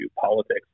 politics